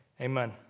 Amen